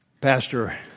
Pastor